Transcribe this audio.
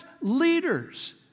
leaders